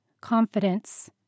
confidence